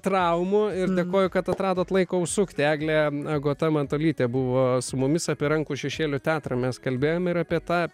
traumų ir dėkoju kad atradot laiko užsukti eglė agota matulytė buvo su mumis apie rankų šešėlių teatrą mes kalbėjom ir apie tą